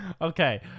Okay